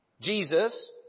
Jesus